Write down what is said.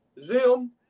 Zim